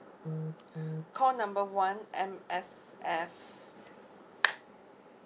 call number one M_S_F